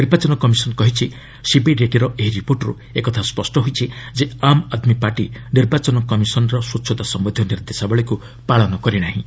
ନିର୍ବାଚନ କମିଶନ୍ କହିଛି ସିବିଡିଟି ର ଏହି ରିପୋର୍ଟରୁ ଏକଥା ସ୍ୱଷ୍ଟ ହୋଇଛି ଯେ ଆମ୍ ଆଦ୍ମି ପାର୍ଟି ନିର୍ବାଚନ କମିଶନ୍ର ସ୍ୱଚ୍ଚତା ସମ୍ଭନ୍ଧୀୟ ନିର୍ଦ୍ଦେଶାବଳୀକୁ ପାଳନ କରିନାହିଁ